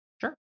Sure